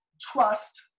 trust